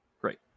Great